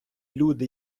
люди